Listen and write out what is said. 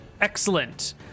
Excellent